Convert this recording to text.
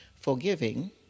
forgiving